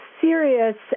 serious